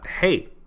hey